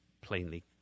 plainly